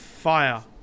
fire